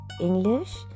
English